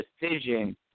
decision